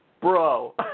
Bro